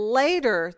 later